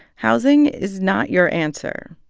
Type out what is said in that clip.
housing is not your answer.